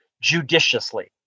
judiciously